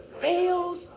fails